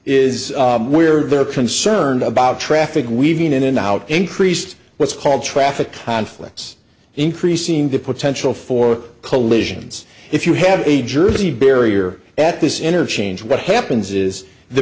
where they're concerned about traffic weaving in and out increased what's called traffic conflicts increasing the potential for collisions if you have a jersey barrier at this interchange what happens is the